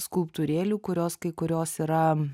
skulptūrėlių kurios kai kurios yra